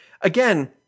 again